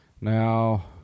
Now